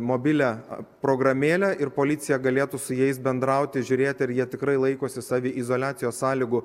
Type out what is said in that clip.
mobilią programėlę ir policija galėtų su jais bendrauti žiūrėti ar jie tikrai laikosi saviizoliacijos sąlygų